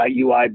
UI